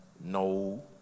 no